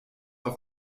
auf